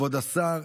כבוד השר,